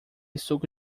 suco